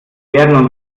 werden